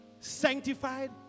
Sanctified